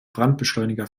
brandbeschleuniger